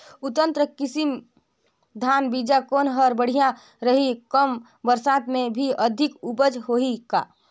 उन्नत किसम धान बीजा कौन हर बढ़िया रही? कम बरसात मे भी अधिक उपज होही का?